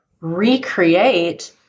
recreate